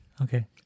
Okay